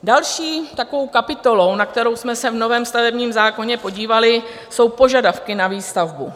Další takovou kapitolou, na kterou jsme se v novém stavebním zákoně podívali, jsou požadavky na výstavbu.